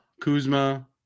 Kuzma